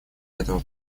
этого